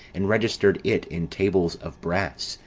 and registered it in tables of brass,